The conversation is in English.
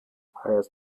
hires